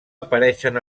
apareixen